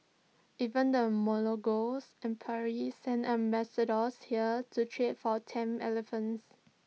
even the empire sent ambassadors here to trade for tame elephants